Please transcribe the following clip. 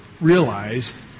realized